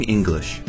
English